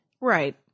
Right